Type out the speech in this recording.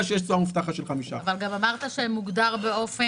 שיש תשואה מובטחת של 5%. אבל גם אמרת שמוגדר באופן